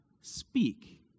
speak